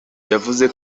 yavuze